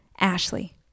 Ashley